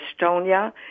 estonia